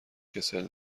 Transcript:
کسل